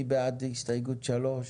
מי בעד הסתייגות 3?